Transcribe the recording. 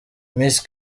miss